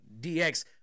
DX